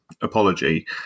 apology